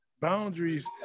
boundaries